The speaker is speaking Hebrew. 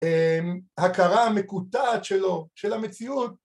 ‫הכרה המקוטעת שלו, של המציאות.